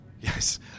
Yes